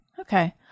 Okay